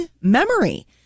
memory